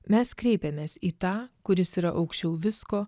mes kreipėmės į tą kuris yra aukščiau visko